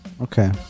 Okay